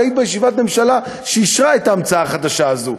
את היית בישיבת ממשלה שאישרה את ההמצאה החדשה הזו: